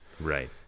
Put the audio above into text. Right